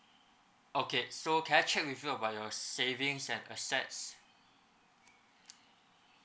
okay so can I check with you about your savings and assets